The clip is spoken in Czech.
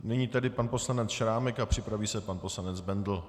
A nyní tedy pan poslanec Šrámek a připraví se pan poslanec Bendl.